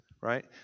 right